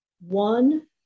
one